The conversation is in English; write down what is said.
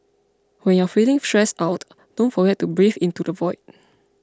when you are feeling stressed out don't forget to breathe into the void